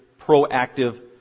proactive